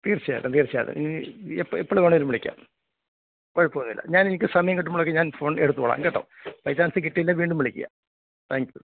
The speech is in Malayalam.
തീർച്ചയായിട്ടും തീർച്ചയായിട്ടും ഇനിയെപ്പോൾ എപ്പോൾ വേണേലും വിളിക്കാം കുഴപ്പമൊന്നും ഇല്ല ഞാൻ സമയം കിട്ടുമ്പോഴൊക്കെ ഞാൻ ഫോൺ എടുത്ത് കൊള്ളാം കേട്ടോ ബൈ ചാൻസ് കിട്ടിയില്ലേ വീണ്ടും വിളിക്കുക താങ്ക് യൂ